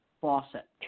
faucet